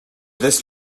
this